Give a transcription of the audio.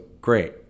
great